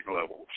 levels